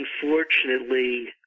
unfortunately